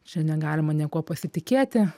čia negalima niekuo pasitikėti